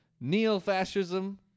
neo-fascism